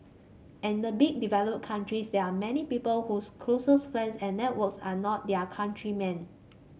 and in the big developed countries there are many people whose closest friends and networks are not their countrymen